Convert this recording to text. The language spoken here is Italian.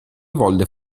volle